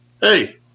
hey